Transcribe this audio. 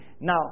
Now